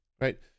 Right